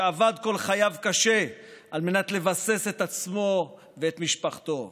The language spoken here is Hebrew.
שעבד כל חייו קשה על מנת לבסס את עצמו ואת משפחתו?